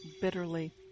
bitterly